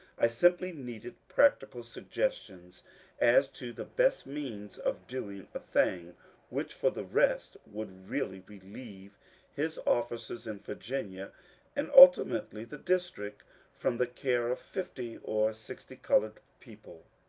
i simply needed practical suggestions as to the best means of doing a thing which, for the rest, would really relieve his officers in virginia and ultimately the district from the care of fifty or sixty coloured people.